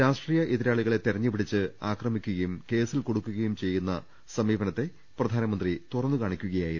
രാഷ്ട്രീയ എതിരാളികളെ തെരഞ്ഞുപിടിച്ച് അ ക്രമിക്കുകയും കേസിൽ കുടുക്കുകയും ചെയ്യുന്ന ഈ സമീപന ത്തെ പ്രധാനമന്ത്രി തുറന്നുകാണിക്കുകയായിരുന്നു